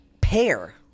pair